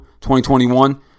2021